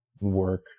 work